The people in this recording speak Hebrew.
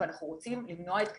ואנחנו רוצים למנוע את כניסתו,